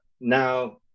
now